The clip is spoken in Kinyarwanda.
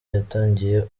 yatangiye